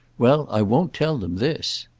well, i won't tell them this.